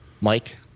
Mike